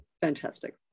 Fantastic